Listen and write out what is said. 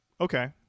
okay